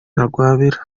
ntagwabira